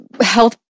health